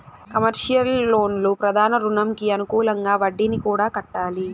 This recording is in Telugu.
కమర్షియల్ లోన్లు ప్రధాన రుణంకి అనుకూలంగా వడ్డీని కూడా కట్టాలి